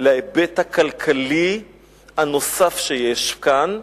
להיבט הכלכלי הנוסף שיש כאן,